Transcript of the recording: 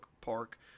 Park